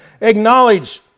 acknowledge